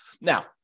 Now